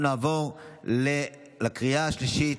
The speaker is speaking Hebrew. אנחנו נעבור לקריאה השלישית,